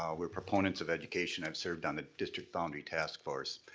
ah we're proponents of education, i've served on the district bounty task force.